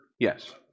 Yes